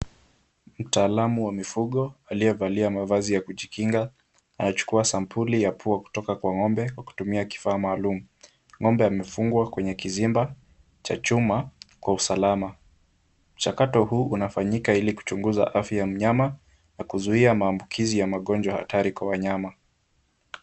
Mtaalamu wa mifugo aliyevalia mavazi ya kujikinga anachukua sampuli ya pua kutoka kwa ngombe kwa kutumia kifaa maalum . Ngombe amefungwa kwenye kizimba cha chuma kwa usalama . Mchakato huu unafanyika ili kuchunguza afya ya mnyama na kuzuia maambukizi ya magonjwa hatari kwa wanyama.